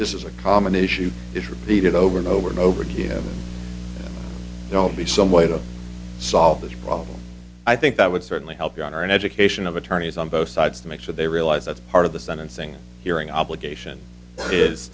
this is a common issue is repeated over and over and over to you know don't be some way to solve this problem i think that would certainly help garner an education of attorneys on both sides to make sure they realize that's part of the sentencing hearing obligation is